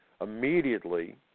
immediately